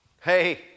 Hey